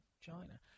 China